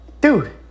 dude